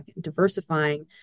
diversifying